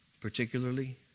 particularly